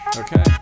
Okay